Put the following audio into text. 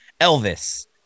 Elvis